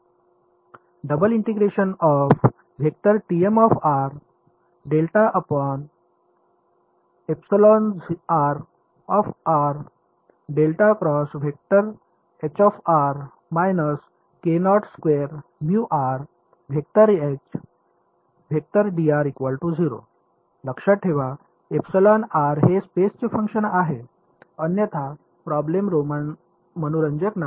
लक्षात ठेवा हे स्पेस चे फंक्शन आहे अन्यथा प्रॉब्लेम मनोरंजक नाही